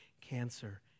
cancer